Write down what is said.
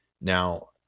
Now